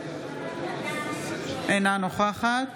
אינה נוכחת